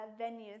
venues